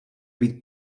být